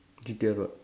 G_T_R what